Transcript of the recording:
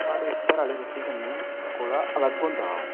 साढ़े घरा आह्ली रूट्टी कन्नै कोला अलग होंदा ऐ ओह्